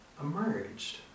emerged